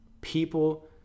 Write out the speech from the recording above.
people